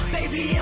Baby